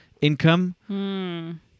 income